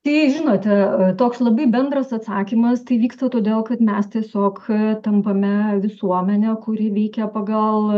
tai žinote toks labai bendras atsakymas tai vyksta todėl kad mes tiesiog tampame visuomene kuri veikia pagal